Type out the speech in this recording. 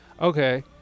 Okay